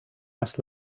must